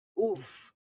oof